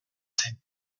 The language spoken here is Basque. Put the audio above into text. zen